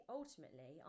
ultimately